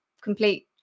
complete